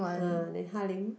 uh then Ha-Ling